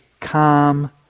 calm